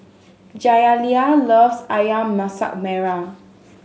Jaliyah loves Ayam Masak Merah